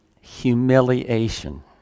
humiliation